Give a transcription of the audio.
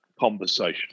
conversation